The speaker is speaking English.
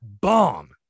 bomb